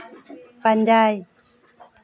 ᱯᱟᱸᱡᱟᱭ